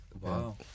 Wow